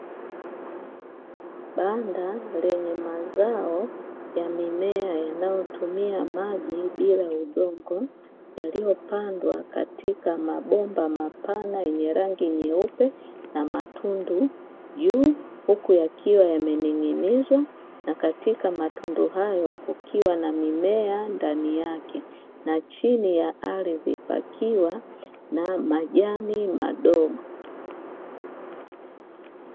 Banda lenye mazao ya mimea yanayotumia maji bila ya udongo yaliyopandwa katika mabomba mapana, yenye rangi nyeupe na matundu juu, huku yakiwa yamening'inizwa na katika matundu hayo kukiwa na mimea ndani yake na chini ya ardhi pakiwa na majani madogo.